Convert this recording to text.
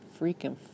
freaking